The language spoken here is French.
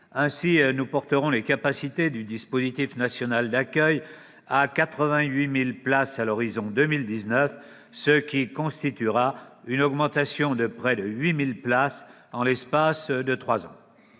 ainsi, nous porterons les capacités du dispositif national d'accueil à 88 000 places à l'horizon 2019, ce qui constituera une augmentation de près de 8 000 places en l'espace de trois ans.